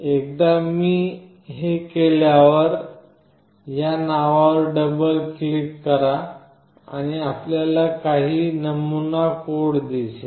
एकदा मी हे केल्यावर आपण या नावावर डबल क्लिक करा आणि आपल्याला काही नमुना कोड दिसेल